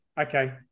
Okay